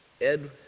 Ed